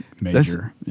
major